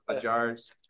jars